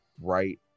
right